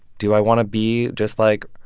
do i want to be just, like,